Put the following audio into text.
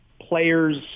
players